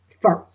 first